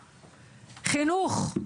חינוך,